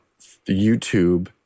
YouTube